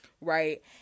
right